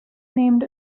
named